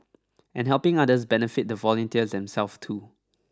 and helping others benefit the volunteers themself too